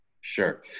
Sure